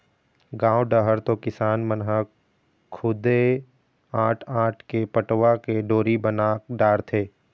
गाँव डहर तो किसान मन ह खुदे आंट आंट के पटवा के डोरी बना डारथे